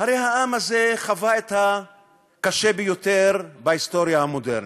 הרי העם הזה חווה את הקשה ביותר בהיסטוריה המודרנית,